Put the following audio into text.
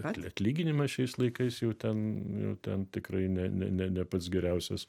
atlyginimas šiais laikais jau ten jau ten tikrai ne ne ne pats geriausias